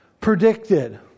predicted